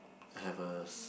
have a